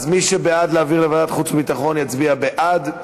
אז מי שבעד להעביר לוועדת חוץ וביטחון, יצביע בעד.